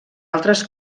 altres